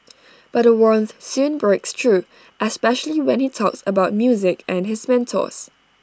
but A warmth soon breaks through especially when he talks about music and his mentors